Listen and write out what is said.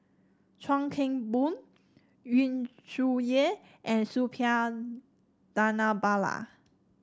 Chuan Keng Boon Yu Zhuye and Suppiah Dhanabalan